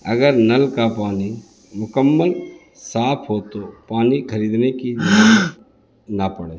اگر نل کا پانی مکمل صاف ہو تو پانی کھریدنے کی ضرورت نہ پڑے